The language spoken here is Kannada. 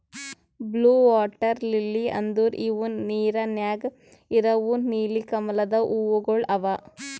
ಬ್ಲೂ ವಾಟರ್ ಲಿಲ್ಲಿ ಅಂದುರ್ ಇವು ನೀರ ನ್ಯಾಗ ಇರವು ನೀಲಿ ಕಮಲದ ಹೂವುಗೊಳ್ ಅವಾ